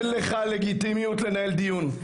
אין לך לגיטימיות לנהל דיון.